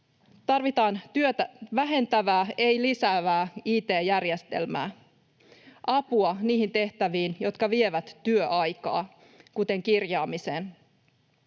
Tarvitaan työtä vähentävää, ei lisäävää, it-järjestelmää ja apua niihin tehtäviin, jotka vievät työaikaa, kuten kirjaamiseen.